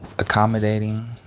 Accommodating